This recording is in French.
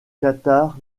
qatar